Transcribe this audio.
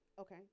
Okay